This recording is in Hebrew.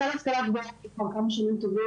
המועצה להשכלה גבוהה כבר כמה שנים טובות